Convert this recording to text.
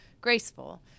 graceful